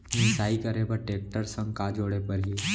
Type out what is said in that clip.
मिसाई करे बर टेकटर संग का जोड़े पड़ही?